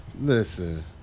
Listen